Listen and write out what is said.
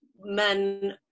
men